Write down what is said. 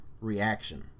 reaction